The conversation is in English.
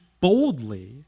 boldly